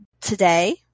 today